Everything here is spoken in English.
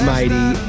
Mighty